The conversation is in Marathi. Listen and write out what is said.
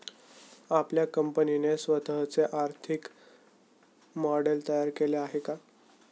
आपल्या कंपनीने स्वतःचे आर्थिक मॉडेल तयार केले आहे का?